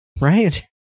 Right